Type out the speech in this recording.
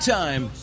time